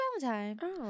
Valentine